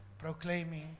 Proclaiming